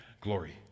glory